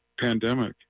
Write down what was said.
pandemic